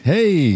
Hey